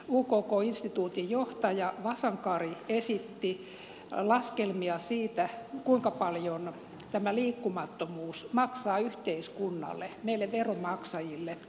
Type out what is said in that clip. siellä ukk instituutin johtaja vasankari esitti laskelmia siitä kuinka paljon tämä liikkumattomuus maksaa yhteiskunnalle meille veronmaksajille